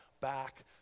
back